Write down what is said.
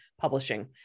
publishing